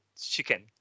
chicken